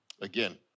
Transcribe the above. Again